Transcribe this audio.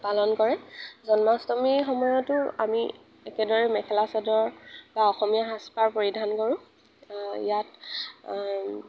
পালন কৰে জন্মাষ্টমীৰ সময়তো আমি একেদৰে মেখেলা চাদৰ বা অসমীয়া সাজপাৰ পৰিধান কৰোঁ ইয়াত